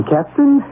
Captain